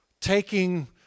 taking